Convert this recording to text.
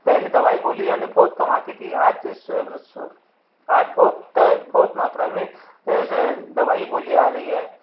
पहले दवाई गोली यानी बहुत कम आती थी आज आज बहुत मात्रा में दवाई और गोली आ रही है